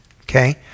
Okay